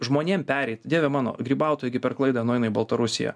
žmonėm pereit dieve mano grybautojai gi per klaidą nueina į baltarusiją